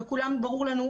לכולנו ברור אלו.